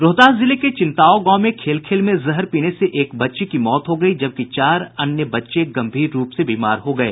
रोहतास जिले के चिंताओं गांव में खेल खेल में जहर पीने से एक बच्ची की मौत हो गयी जबकि चार अन्य बच्चे गंभीर रूप से बीमार हो गये